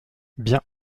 bien